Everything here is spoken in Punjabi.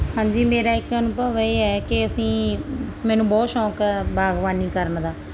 ਹਾਂਜੀ ਮੇਰਾ ਇੱਕ ਅਨੁਭਵ ਇਹ ਹੈ ਕਿ ਅਸੀਂ ਮੈਨੂੰ ਬਹੁਤ ਸ਼ੌਕ ਬਾਗਬਾਨੀ ਕਰਨ ਦਾ